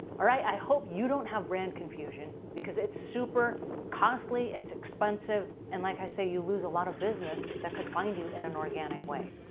all right. i hope you don't have brand confusion because it's super costly, it's expensive. and like i say, you lose a lot of business that could find you in an organic way.